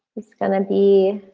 it's gonna be